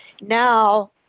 Now